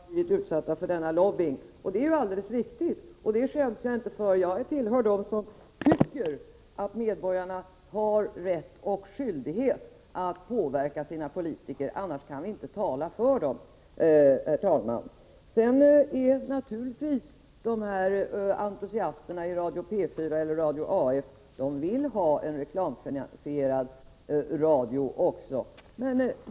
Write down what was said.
Herr talman! Jag förstår att Bengt Göransson vill peta in mig bland dem som blivit utsatta för denna lobbying, och det är alldeles riktigt. Det skäms jag inte för. Jag tillhör dem som tycker att medborgarna har rätt och skyldighet att påverka sina politiker. Annars kan vi inte tala för dem. Entusiasterna i Radio P4 eller Radio AF vill ha reklamfinansierad radio.